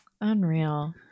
Unreal